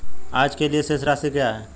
आज के लिए शेष राशि क्या है?